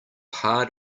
hard